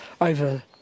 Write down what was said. over